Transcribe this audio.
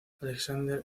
alexander